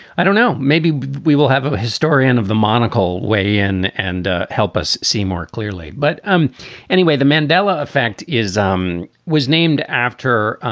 i don't know. maybe we will have a historian of the monocle weigh in and ah help us see more clearly. but um anyway, the mandela effect is um was named after.